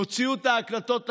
תוציאו את ההקלטות,